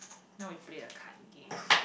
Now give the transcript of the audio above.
now we play a card game